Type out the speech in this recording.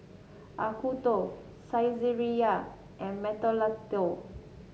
Acuto Saizeriya and Mentholatum